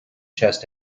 chest